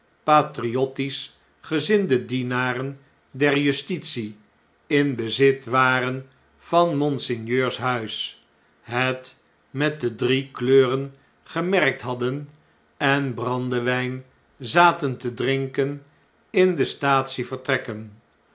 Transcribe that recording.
september patriotschgezinde dienaren der justitie in bezit waren van monseigneurs huis het met de drie kleuren gemerkt hadden en brandewjjn zaten te drinken in de